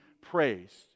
praised